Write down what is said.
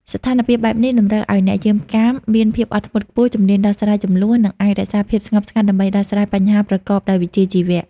ស្ថានការណ៍បែបនេះតម្រូវឲ្យអ្នកយាមកាមមាន ភាពអត់ធ្មត់ខ្ពស់ ជំនាញដោះស្រាយជម្លោះ និងអាចរក្សាភាពស្ងប់ស្ងាត់ដើម្បីដោះស្រាយបញ្ហាប្រកបដោយវិជ្ជាជីវៈ។